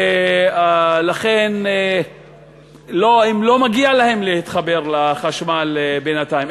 ולכן לא מגיע להם להתחבר לחשמל בינתיים.